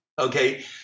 okay